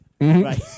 Right